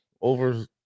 over